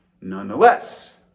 Nonetheless